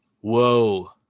Whoa